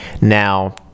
Now